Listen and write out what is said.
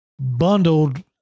bundled